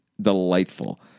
delightful